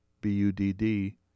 B-U-D-D